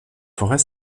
forêts